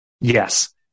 yes